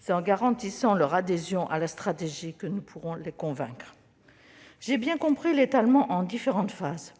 C'est en garantissant leur adhésion à la stratégie que nous pourrons les convaincre. J'ai bien compris l'étalement en différentes phases,